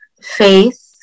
faith